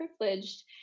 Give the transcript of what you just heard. privileged